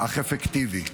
אך אפקטיבי.